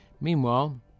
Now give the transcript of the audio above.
meanwhile